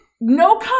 no